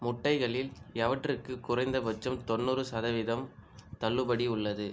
முட்டைகளில் எவற்றுக்கு குறைந்தபட்சம் தொண்ணூறு சதவீதம் தள்ளுபடி உள்ளது